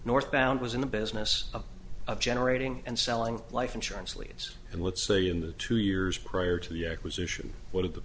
northbound was in the business of generating and selling life insurance leads and let's say in the two years prior to the acquisition